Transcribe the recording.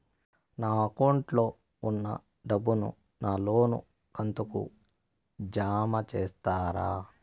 నా అకౌంట్ లో ఉన్న డబ్బును నా లోను కంతు కు జామ చేస్తారా?